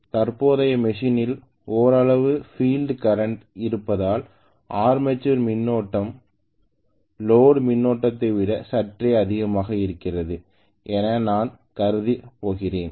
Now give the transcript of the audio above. தற்போதைய மெஷினில் ஓரளவு பீல்டு கரண்ட் இருப்பதால் ஆர்மேச்சர் மின்னோட்டம் லோட் மின்னோட்டத்தை விட சற்றே அதிகமாக இருக்கிறது என நான் கருதப் போகிறேன்